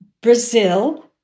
Brazil